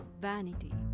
vanity